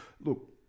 Look